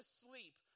sleep